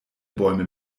bäume